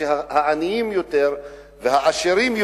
כשהעניים יותר והעשירים,